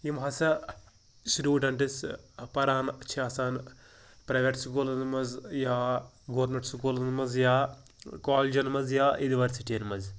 یِم ہَسا ٲں سٹوڈَنٛٹٕس ٲں پَران چھِ آسان پرٛایویٹ سکوٗلَن منٛز یا گورمیٚنٛٹ سکوٗلَن منٛز یا کالجیٚن منٛز یا یونیورسِٹیَن منٛز